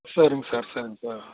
சரிங்க சார் சரிங்க சார்